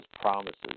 promises